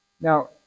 Now